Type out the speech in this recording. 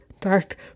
dark